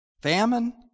famine